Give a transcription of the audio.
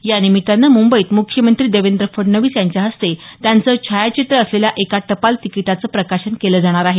या निमित्तानं मुंबईत मुख्यमंत्री देवेंद्र फडणवीस यांच्या हस्ते त्यांचं छायाचित्र असलेल्या एका टपाल तिकीटाचं प्रकाशन केलं जाणार आहे